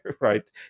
Right